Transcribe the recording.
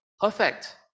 perfect